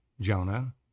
Jonah